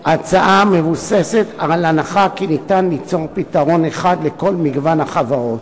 ההצעה מבוססת על ההנחה כי אפשר ליצור פתרון אחד לכל מגוון החברות.